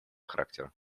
характера